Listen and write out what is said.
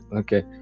okay